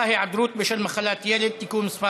(היעדרות בשל מחלת ילד) (תיקון מס'